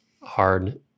hard